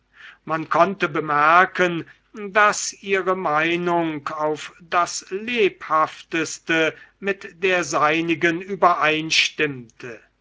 man konnte bemerken daß ihre meinung auf das lebhafteste mit der seinigen übereinstimmte